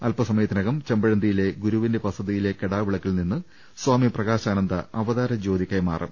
അല്പസമയത്തിനകം ചെമ്പഴന്തിയിലെ ഗുരുവിന്റെ വസ തിയിലെ കെടാവിളക്കിൽനിന്ന് സ്വാമി പ്രകാശാനന്ദ അവ താരജ്യോതി കൈമാറും